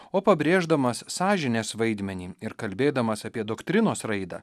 o pabrėždamas sąžinės vaidmenį ir kalbėdamas apie doktrinos raidą